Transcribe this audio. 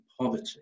poverty